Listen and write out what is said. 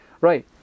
right